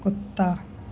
कुत्ता